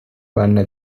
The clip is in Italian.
venne